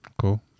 cool